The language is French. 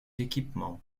équipements